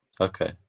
Okay